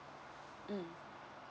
mm